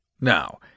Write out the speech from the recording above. Now